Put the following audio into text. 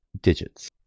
digits